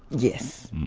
yes.